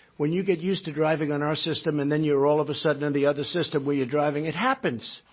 when you get used to driving on our system and then you're all of a sudden in the other system, where you're driving it happens.